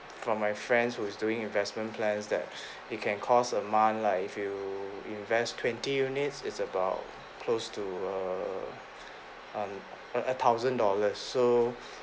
from my friends who is doing investment plans that it can cost a month like if you invest twenty units is about close to err hun~a a thousand dollars so